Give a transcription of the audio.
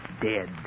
dead